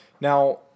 Now